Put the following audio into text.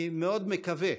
אני מאוד מקווה,